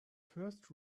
first